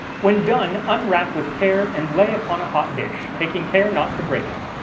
when done, unwrap with care, and lay upon a hot dish, taking care not to break it.